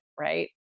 right